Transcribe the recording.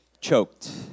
choked